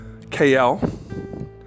KL